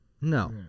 No